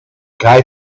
guy